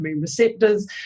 receptors